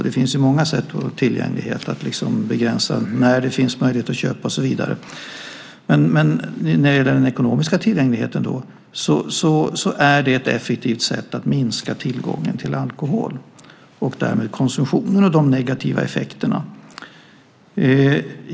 Det finns många sätt att begränsa tillgången - när det finns möjlighet att köpa och så vidare - men den ekonomiska tillgängligheten är ett effektivt sätt att minska tillgången på alkohol och därmed också konsumtionen och de negativa effekterna.